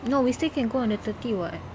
no we still can go on the thirty [what]